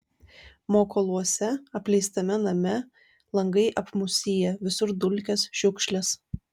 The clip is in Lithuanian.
mokoluose apleistame name langai apmūsiję visur dulkės šiukšlės